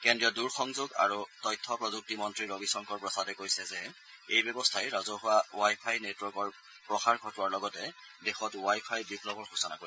কেন্দ্ৰীয় দূৰ সংযোগ আৰু তথ্য প্ৰযুক্তি মন্ত্ৰী ৰবি শংকৰ প্ৰসাদে কৈছে যে এই ব্যৱস্থাই ৰাজহুৱা ৱাই ফাই নেটৱৰ্কৰ প্ৰসাৰ ঘটোৱাৰ লগতে দেশত ৱাই ফাই বিপ্লৱৰ সূচনা কৰিব